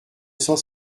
cent